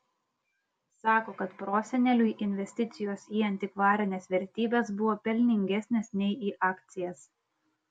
sako kad proseneliui investicijos į antikvarines vertybes buvo pelningesnės nei į akcijas